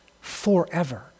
forever